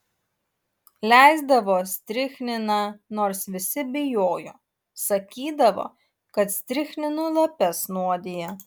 leisdavo strichniną nors visi bijojo sakydavo kad strichninu lapes nuodija